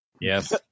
Yes